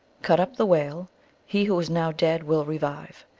cut up the whale he who is now dead will revive.